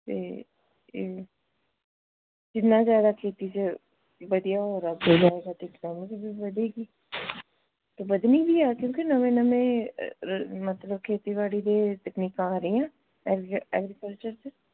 ਅਤੇ ਇਹ ਜਿੰਨਾ ਜ਼ਿਆਦਾ ਖੇਤੀ 'ਚ ਵਧੀਆ ਵਧੇਗੀ ਅਤੇ ਵਧਣੀ ਵੀ ਆ ਕਿਉਂਕਿ ਨਵੇਂ ਨਵੇਂ ਅ ਅ ਮਤਲਬ ਕਿ ਖੇਤੀਬਾੜੀ ਦੇ ਤਕਨੀਕਾਂ ਆ ਰਹੀਆਂ ਐਗਰੀਕਲਚਰ 'ਚ